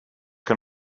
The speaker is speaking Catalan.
que